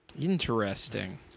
Interesting